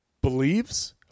believes